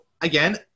again